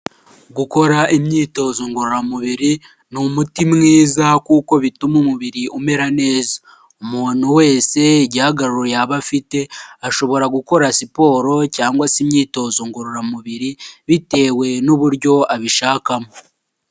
Gukora imyitozo ngororamubiri ni umuti mwiza kuko bituma umubiri umera neza, umuntu wese igihagararo yaba afite ashobora gukora siporo cyangwa se imyitozo ngororamubiri bitewe n'uburyo abishakamo.